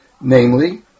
namely